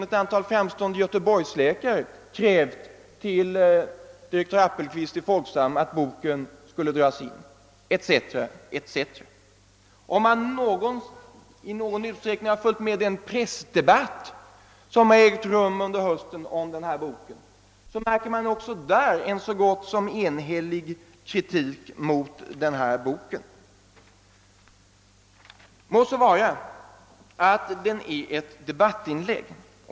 Ett antal framstående Göteborgsläkare har i ett öppet brev till direktör Apelqvist i Folksam krävt att boken skall dras in, etc. etc. Den som har följt med i den pressdebatt som har ägt rum om den här boken under hösten har också där märkt en så gott som enhällig kritik mot boken. Må så vara att boken är ett debattinlägg.